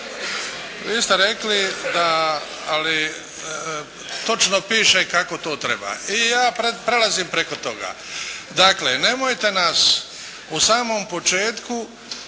Vi ste rekli da ali točno piše kako to treba, i ja prelazim preko toga. Dakle, nemojte nas u samom početku